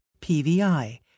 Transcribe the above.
PVI